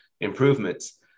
improvements